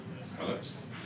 Scallops